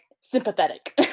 sympathetic